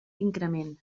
increment